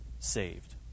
Saved